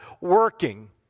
working